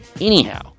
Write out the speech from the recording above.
Anyhow